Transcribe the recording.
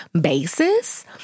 basis